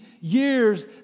years